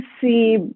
see